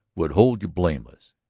would hold you blameless.